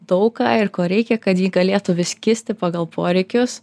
daug ką ir ko reikia kad ji galėtų vis kisti pagal poreikius